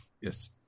Yes